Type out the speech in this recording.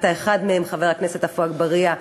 ואתה אחד מהם, חבר הכנסת עפו אגבאריה.